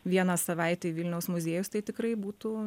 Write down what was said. vieną savaitę į vilniaus muziejus tai tikrai būtų